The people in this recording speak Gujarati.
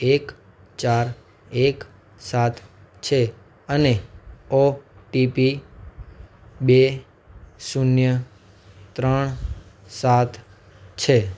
એક ચાર એક સાત છે અને ઓ ટીપી બે શૂન્ય ત્રણ સાત છે